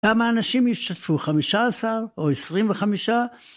כמה אנשים השתתפו, חמישה עשר, או עשרים וחמישה?